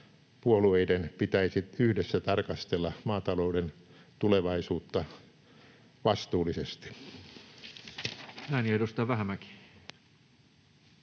puolueiden pitäisi yhdessä tarkastella maatalouden tulevaisuutta vastuullisesti.